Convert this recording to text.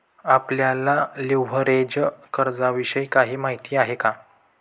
आपल्याला लिव्हरेज कर्जाविषयी काही माहिती आहे का?